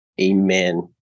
Amen